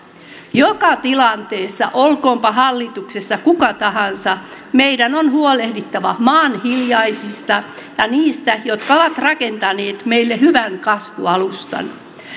joka tilanteessa olkoonpa hallituksessa kuka tahansa meidän on huolehdittava maan hiljaisista ja niistä jotka ovat rakentaneet meille hyvän kasvualustan